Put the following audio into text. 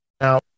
now